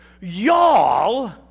Y'all